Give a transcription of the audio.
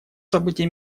событий